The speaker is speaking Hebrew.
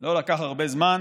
לא לקח הרבה זמן